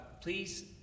please